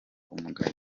umugayo